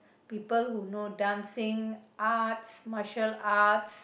people who know dancing arts martial arts